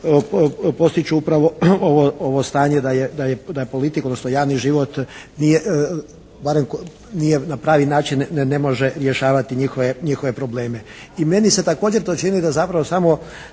postići upravo ovo stanje da je politika, odnosno javni život nije barem nije na pravi način ne može rješavati njihove probleme. I meni se također to čini da zapravo samo